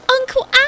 Uncle